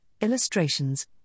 illustrations